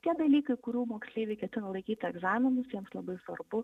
tie dalykai kurių moksleiviai ketina laikyti egzaminus jiems labai svarbu